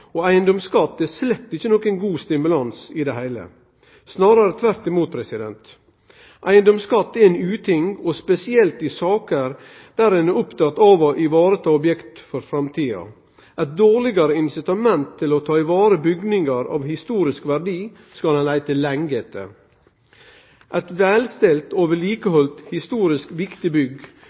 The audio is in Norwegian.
og eigedomsskatt er slett ikkje nokon god stimulans i det heile, snarare tvert imot. Eigedomsskatt er ein uting, og spesielt i saker der ein er oppteken av å vareta objekt for framtida. Eit dårlegare insitament til å ta vare på bygningar av historisk verdi skal ein leite lenge etter. Eit velstelt historisk viktig bygg